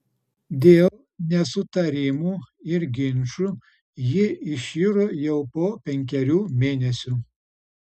dėl nesutarimų ir ginčų ji iširo jau po penkerių mėnesių